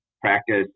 practice